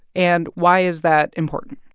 and why is that important?